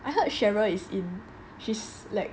I heard cheryl is in she's like